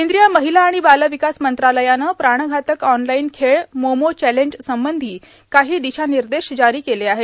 केंद्रीय महिला आणि बालविकास मंत्रालयानं प्राणघातक ऑनलाईन खेळ मोमो चॅलेंज संबंधी काही दिशानिर्देश जारी केले आहेत